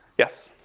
yes?